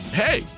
hey